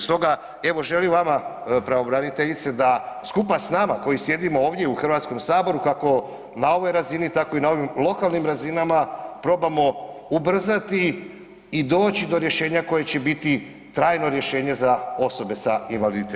Stoga evo želim vama pravobraniteljice da skupa s nama koji sjedimo ovdje u HS kako na ovoj razini, tako i na onim lokalnim razinama probamo ubrzati i doći do rješenja koje će biti trajno rješenje za osobe sa invaliditetom.